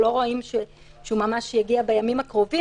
אבל לא ייתכן שכבר יש נוהל כזה שיש דיונים בוועדות בזמן שיש מליאה.